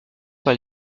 par